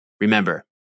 Remember